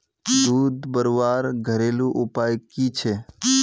दूध बढ़वार घरेलू उपाय की छे?